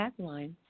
tagline